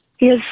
Yes